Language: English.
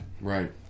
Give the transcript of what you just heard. Right